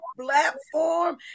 platform